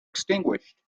extinguished